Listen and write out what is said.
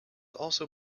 also